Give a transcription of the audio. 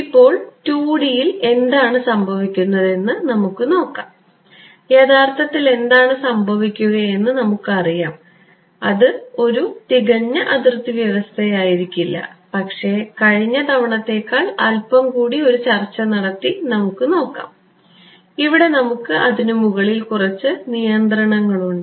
ഇപ്പോൾ 2D യിൽ എന്താണ് സംഭവിക്കുന്നതെന്ന് നമുക്ക് നോക്കാം യഥാർത്ഥത്തിൽ എന്താണ് സംഭവിക്കുകയെന്ന് നമുക്കറിയാം അത് ഒരു തികഞ്ഞ അതിർത്തി വ്യവസ്ഥയായിരിക്കില്ല പക്ഷേ കഴിഞ്ഞ തവണത്തേക്കാൾ അല്പം കൂടി ഒരു ചർച്ച നടത്തി നമുക്ക് നോക്കാം ഇവിടെ നമുക്ക് അതിനുമുകളിൽ കുറച്ച് നിയന്ത്രണങ്ങൾ ഉണ്ട്